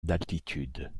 d’altitude